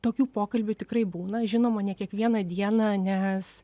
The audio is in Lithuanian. tokių pokalbių tikrai būna žinoma ne kiekvieną dieną nes